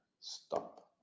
stop